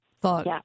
thought